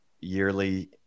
yearly